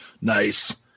Nice